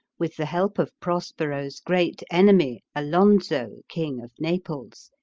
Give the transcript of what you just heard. with the help of prospero's great enemy, alonso, king of naples,